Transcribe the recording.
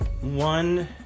one